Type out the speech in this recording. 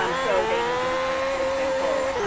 um so daniel ginsburg, for example,